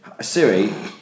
Siri